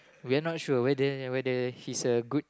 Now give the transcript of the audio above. we're are not sure whether whether he's a good